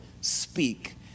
speak